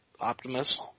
Optimus